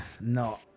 No